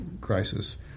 crisis